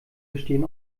bestehen